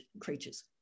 creatures